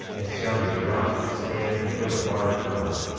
and shall be brought to stand before the bar of god,